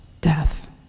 death